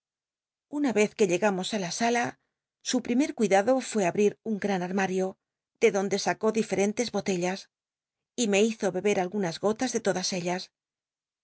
una ez que llegamos tí la sala su primer cuidado fué abrir un gran armario de donde sacó diferentes botellas y me hizo beber algunas golas de todas ellas